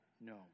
No